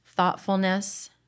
thoughtfulness